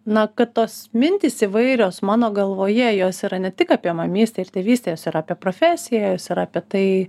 na kad tos mintys įvairios mano galvoje jos yra ne tik apie mamys tėvystes ir apie profesijas ir apie tai